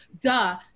duh